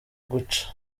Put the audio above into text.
guca